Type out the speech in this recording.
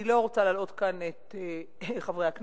אני לא רוצה להלאות כאן את חברי הכנסת,